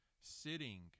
sitting